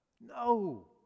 no